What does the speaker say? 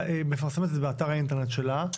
מפרסמת את זה באתר האינטרנט שלה,